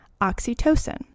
oxytocin